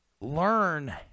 learn